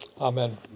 Amen